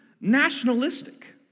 nationalistic